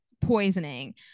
poisoning